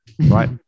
right